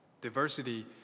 Diversity